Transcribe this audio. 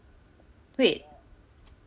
wait